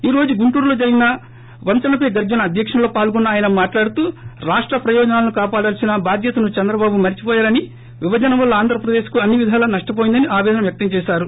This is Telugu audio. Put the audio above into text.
ఈ రోజు గుంటూరులో జరిగిన వంచనపై గర్జన దీక్షలో పాల్గొన్న తాయన మాట్లాడుతూ రాష్ట ప్రయోజనాలను కాపాడాల్సిన బాధ్యతను చంద్రబాబు మరిచిపోయారని విభజన వల్లె ఆంధ్రప్రదేశ్ అన్ని విధాలా నష్ణవోయిందని ఆపేదన వ్యక్తం చేశారు